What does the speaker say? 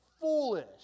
foolish